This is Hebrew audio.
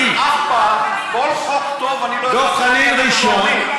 אף פעם, כל חוק טוב, אני לא, דב חנין ראשון.